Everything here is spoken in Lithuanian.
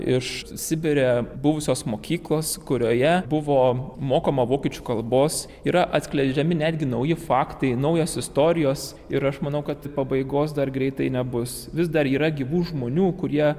iš sibire buvusios mokyklos kurioje buvo mokoma vokiečių kalbos yra atskleidžiami netgi nauji faktai naujos istorijos ir aš manau kad pabaigos dar greitai nebus vis dar yra gyvų žmonių kurie